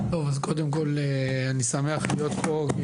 טוב, אז קודם כל אני שמח להיות פה.